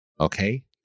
Okay